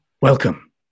welcome